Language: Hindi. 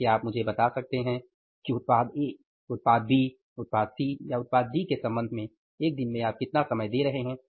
तो क्या आप मुझे बता सकते हैं कि उत्पाद A उत्पाद B उत्पाद C या उत्पाद D के संबंध में एक दिन में आप कितना समय दे रहे हैं